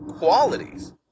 qualities